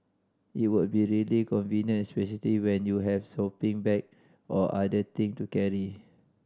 it would be really convenient especially when you have shopping bag or other thing to carry